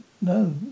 No